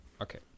Okay